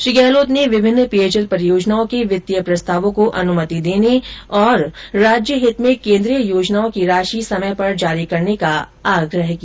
श्री गहलोत ने विभिन्न पेयजल परियोजनाओं के वित्तीय प्रस्तावों को अनुमति देने तथा राज्यहित में केन्द्रीय योजनाओं की राशि समय पर जारी करने का आग्रह किया